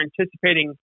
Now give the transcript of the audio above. anticipating